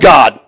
God